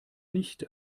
nicht